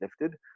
lifted